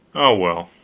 oh, well,